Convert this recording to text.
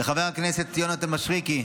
וחבר הכנסת יונתן מישרקי,